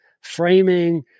framing